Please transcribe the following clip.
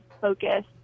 focus